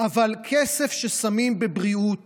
אבל כסף ששמים על בריאות